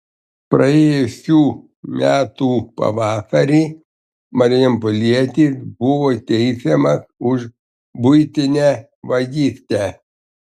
praėjusių metų pavasarį marijampolietis buvo teisiamas už buitinę vagystę